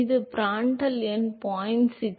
இது பிராண்டல் எண் 0